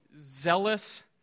zealous